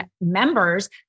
members